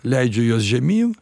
leidžiu juos žemyn